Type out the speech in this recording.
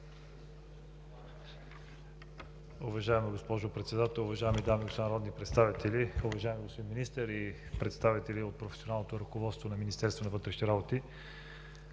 Уважаема госпожо Председател, уважаеми дами и господа народни представители, уважаеми господин Министър и представители от професионалното ръководство на Министерството на вътрешните работи!